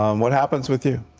um what happens with you?